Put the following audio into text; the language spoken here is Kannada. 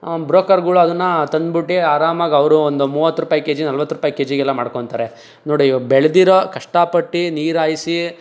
ಬ್ರೋಕರ್ಗಳು ಅದನ್ನು ತಂದ್ಬಿಟ್ಟು ಆರಾಮಾಗಿ ಅವರು ಒಂದು ಮೂವತ್ರುಪಾಯಿ ಕೆ ಜಿ ನಲ್ವತ್ರುಪಾಯಿ ಕೆ ಜಿ ಗೆಲ್ಲ ಮಾರ್ಕೊಳ್ತಾರೆ ನೋಡಿ ಇವಾಗ ಬೆಳ್ದಿರೋ ಕಷ್ಟಪಟ್ಟು ನೀರಾಯಿಸಿ